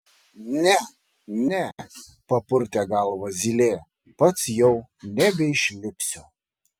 ne ne papurtė galvą zylė pats jau nebeišlipsiu